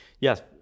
yes